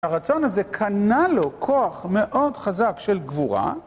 הרצון הזה קנה לו כוח מאוד חזק של גבורה